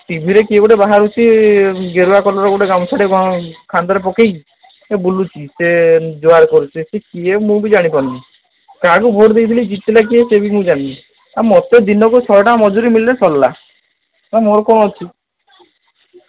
ଟିଭିରେ କିଏ ଗୋଟେ ବାହାରୁଛି ଗେରୁଆ କଲର୍ ଗାମୁଛାଟେ କ'ଣ ସେ କାନ୍ଧରେ ପକେଇକି ବୁଲୁଛି ସେ ଜୁହାର କରୁଛି ସେ କିଏ ମୁଁ ବି ଜାଣିପାରୁନି କାହାକୁ ଭୋଟ୍ ଦେଇଥିଲି ଜିତିଲା କିଏ ସେଇଟା ବି ମୁଁ ଜାଣିନି ଆଉ ମୋତେ ଦିନକୁ ଶହେ ଟଙ୍କା ମଜୁରୀ ମିଳିଲେ ସରିଲା ହେ ମୋର କ'ଣ ଅଛି